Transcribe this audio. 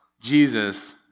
Jesus